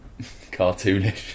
cartoonish